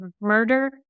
Murder